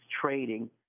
trading